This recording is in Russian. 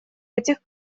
этих